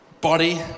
Body